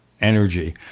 energy